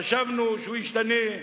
חשבנו שהוא ישתנה.